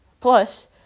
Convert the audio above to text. Plus